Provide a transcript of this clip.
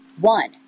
one